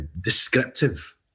descriptive